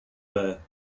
there